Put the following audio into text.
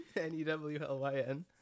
N-E-W-L-Y-N